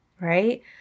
right